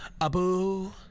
Abu